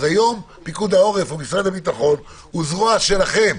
אז היום פיקוד העורף או משרד הביטחון הוא זרוע שלכם.